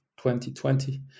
2020